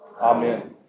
Amen